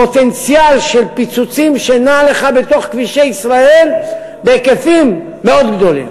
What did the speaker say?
פוטנציאל של פיצוצים שנע לך בכבישי ישראל בהיקפים מאוד גדולים.